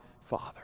Father